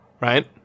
Right